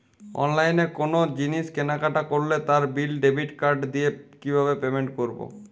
অনলাইনে কোনো জিনিস কেনাকাটা করলে তার বিল ডেবিট কার্ড দিয়ে কিভাবে পেমেন্ট করবো?